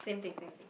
same thing same thing